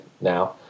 now